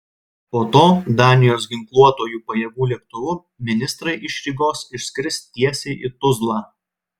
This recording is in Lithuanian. po to danijos ginkluotųjų pajėgų lėktuvu ministrai iš rygos išskris tiesiai į tuzlą